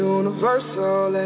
universal